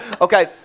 Okay